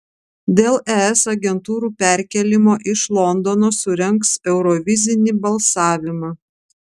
dėl es agentūrų perkėlimo iš londono surengs eurovizinį balsavimą